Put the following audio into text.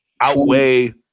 outweigh